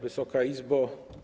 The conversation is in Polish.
Wysoka Izbo!